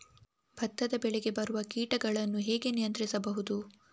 ಭತ್ತದ ಬೆಳೆಗೆ ಬರುವ ಕೀಟಗಳನ್ನು ಹೇಗೆ ನಿಯಂತ್ರಿಸಬಹುದು?